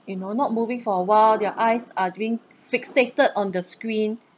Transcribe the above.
you know not moving for a while their eyes are doing fixated on the screen